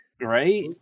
Right